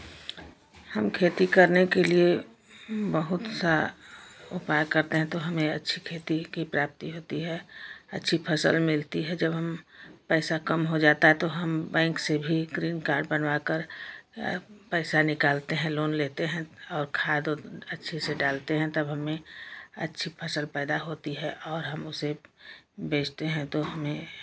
हम खेती करने के लिए बहुत सा उपाय करते हैं तो हमें अच्छी खेती की प्राप्ति होती है अच्छी फसल मिलती है जब हम पैसा कम हो जाता है तो हम बैंक से भी ग्रीन कार्ड बनवाकर पैसा निकालते हैं लोन लेते हैं और खाद ओद अच्छे से डालते हैं तब हमें अच्छी फसल पैदा होती है और हम उसे बेचते हैं तो हमें